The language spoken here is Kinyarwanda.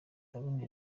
ndabona